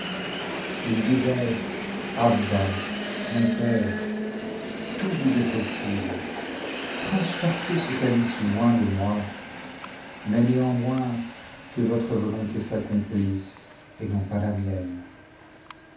il disait abba mon père tout vous est possible transportez ce calice loin de moi mais néanmoins que votre volonté s'accomplisse et non pas la mienne